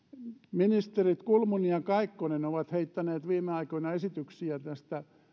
ministerit kulmuni ja kaikkonen ovat heittäneet viime aikoina esityksiä